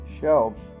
shelves